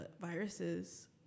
viruses